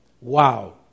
Wow